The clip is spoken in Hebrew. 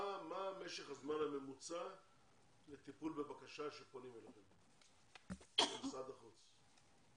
מה משך הזמן הממוצע לטיפול בבקשה כשפונים אליכם למשרד החוץ?